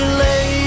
late